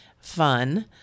fun